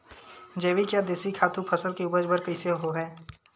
जैविक या देशी खातु फसल के उपज बर कइसे होहय?